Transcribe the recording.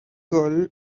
girl